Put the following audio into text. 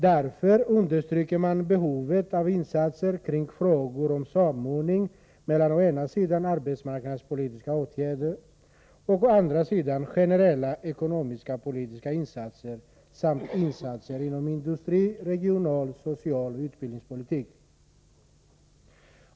Därför understryks behovet av insatser när det gäller frågor om samordning mellan å ena sidan arbetsmarknadspolitiska åtgärder, å andra sidan generella ekonomisk-politiska insatser samt insatser inom industri-, regional-, socialoch utbildningspolitik.